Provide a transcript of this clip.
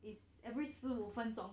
if every 十五分钟